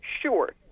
Sure